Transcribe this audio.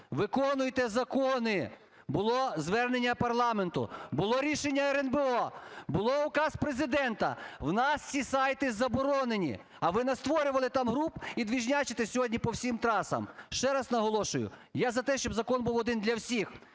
Виконуйте закони! Було звернення парламенту, було рішення РНБО, був указ Президента, в нас ці сайти заборонені, а ви настворювали там груп і "движнячите" сьогодні по всім трасам. Ще раз наголошую, я за те, щоб закон був один для всіх,